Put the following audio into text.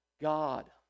God